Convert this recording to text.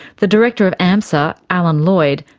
the director of amsa, alan lloyd,